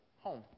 home